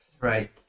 right